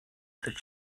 that